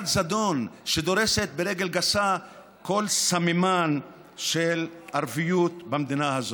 שדורסת ברגל גסה כל סממן של ערביות במדינה הזאת.